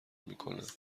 میکنند